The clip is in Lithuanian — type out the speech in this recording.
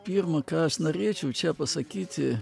pirma ką aš norėčiau čia pasakyti